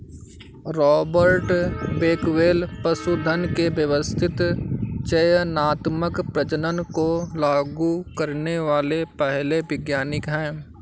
Robert Bakewell पशुधन के व्यवस्थित चयनात्मक प्रजनन को लागू करने वाले पहले वैज्ञानिक है